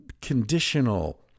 conditional